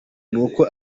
nuko